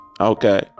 Okay